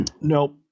Nope